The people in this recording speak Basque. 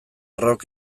rock